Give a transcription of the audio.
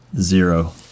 Zero